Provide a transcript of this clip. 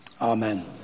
Amen